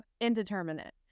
indeterminate